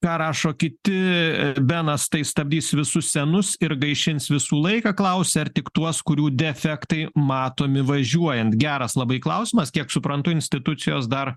ką rašo kiti benas tai stabdys visus senus ir gaišins visų laiką klausia ar tik tuos kurių defektai matomi važiuojant geras labai klausimas kiek suprantu institucijos dar